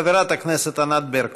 חברת הכנסת ענת ברקו.